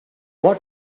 what